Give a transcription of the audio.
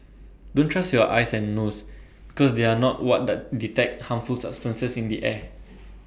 don't trust your eyes and nose because they are not what that detect harmful substances in the air